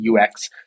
UX